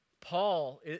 Paul